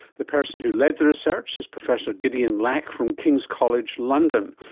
the person who led the research is professor gideon lack from king's college london,